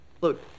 Look